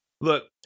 Look